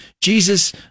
Jesus